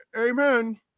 Amen